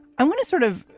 i want to sort of